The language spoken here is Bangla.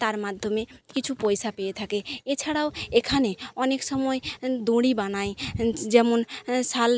তার মাধ্যমে কিছু পয়সা পেয়ে থাকে এছাড়াও এখানে অনেক সময় দড়ি বানায় যেমন শাল